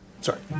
Sorry